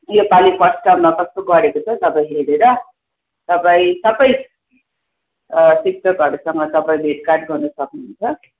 योपालि फर्स्ट टर्ममा कस्तो गरेको छ जब हेरेर तपाईँ सबै शिक्षकहरूसँग तपाईँले काट गर्नु सक्नुहुन्छ